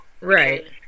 right